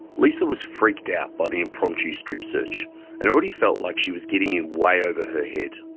lisa was freaked out by the impromptu strip-search and already felt like she was getting in way over her head.